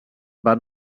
van